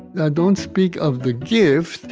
and i don't speak of the gift,